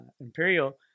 Imperial